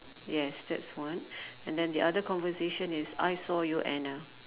yes that's one and then the other conversation is I saw you Anna